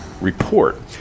report